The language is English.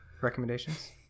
recommendations